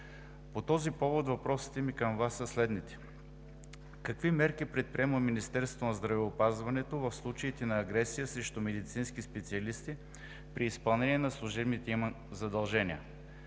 По този повод въпросите ми към Вас са следните: какви мерки предприема Министерството на здравеопазването в случаите на агресия срещу медицински специалисти при изпълнение на служебните им задължения?